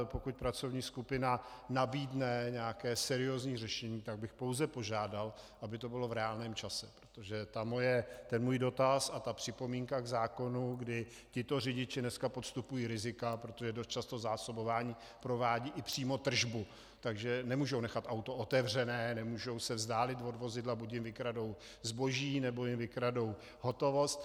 Pokud pracovní skupina nabídne nějaké seriózní řešení, tak bych pouze požádal, aby to bylo v reálném čase, protože můj dotaz a ta připomínka k zákonu, kdy tito řidiči dneska podstupují rizika, protože dost často zásobování provádí i přímo tržbu, takže nemůžou nechat auto otevřené, nemůžou se vzdálit od vozidla, buď jim vykradou zboží, nebo jim vykradou hotovost.